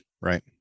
Right